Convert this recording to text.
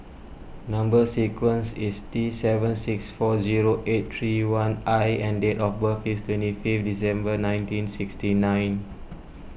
Number Sequence is T seven six four zero eight three one I and date of birth is twenty fifth December nineteen sixty nine